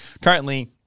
currently-